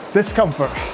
discomfort